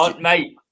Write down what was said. mate